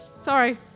sorry